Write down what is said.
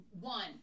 one